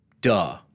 duh